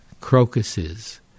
crocuses